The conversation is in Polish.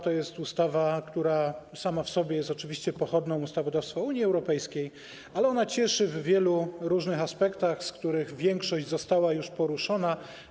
Ta ustawa sama w sobie jest oczywiście pochodną ustawodawstwa Unii Europejskiej, ale cieszy w wielu różnych aspektach, z których większość została już poruszona.